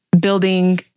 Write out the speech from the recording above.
building